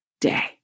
day